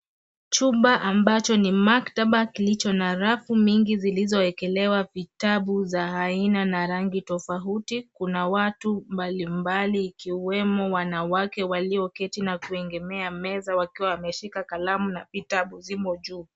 Chumba ambacho ni maktaba kilicho na rafu mingi zilizoekelewa za aina na rangi tofauti. Kuna watu mbalimbali ikiwemo wanawake walioketi na kuegemea meza wakiwa wameshika kalamu na vitabu zimo juu.